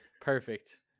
Perfect